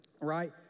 right